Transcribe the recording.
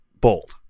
bold